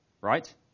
right